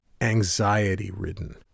anxiety-ridden